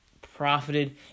profited